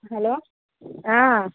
hello हँ